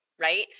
right